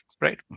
right